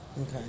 Okay